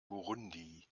burundi